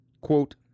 Quote